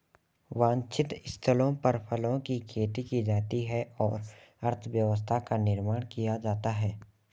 वांछित स्थलों पर फलों की खेती की जाती है और अर्थव्यवस्था का निर्माण किया जाता है